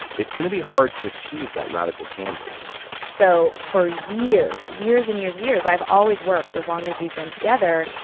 it's gonna be hard to achieve that radical candor so for years, years and years, years, i've always worked as long as we've been together.